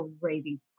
crazy